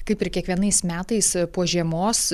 kaip ir kiekvienais metais po žiemos